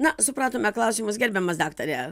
na supratome klausimus gerbiamas daktare